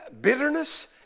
bitterness